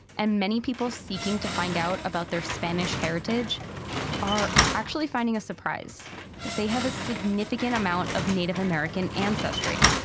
and many people seeking to find out about their spanish heritage are actually finding a surprise that they have a significant amount of native american ancestry.